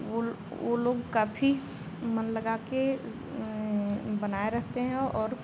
वह वह लोग काफ़ी मन लगाकर बनाए रहते हैं और